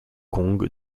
kong